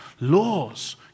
Laws